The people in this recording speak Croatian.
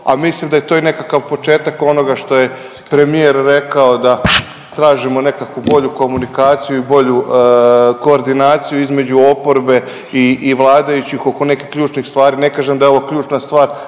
a mislim da je to i nekakav početak onoga što je premijer rekao da tražimo nekakvu bolju komunikaciju i bolju koordinaciju između oporbe i vladajućih oko nekih ključnih stvari. Ne kažem da je ovo ključna stvar,